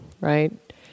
right